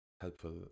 helpful